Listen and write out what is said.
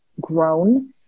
grown